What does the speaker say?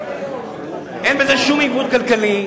15 שקל, אין בזה שום עיוות כלכלי,